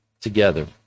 together